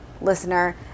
listener